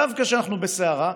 דווקא כשאנחנו בסערה,